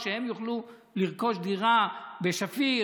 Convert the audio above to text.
או שהם יוכלו לרכוש דירה בשפיר,